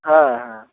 হ্যাঁ হ্যাঁ